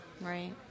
Right